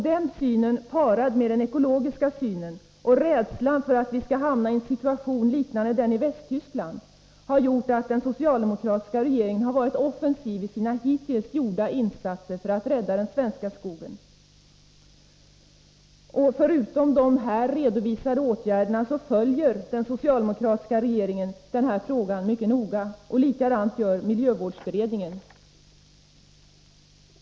Den synen parad med den ekologiska synen och rädslan för att vi skall hamna i en situation liknande den i Västtyskland har gjort att den socialdemokratiska regeringen varit offensiv i sina hittills gjorda insatser för att rädda den svenska skogen. Dessutom följer den socialdemokratiska regeringen den här frågan mycket noga. Detsamma gör miljövårdsberedningen.